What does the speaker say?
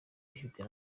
rifite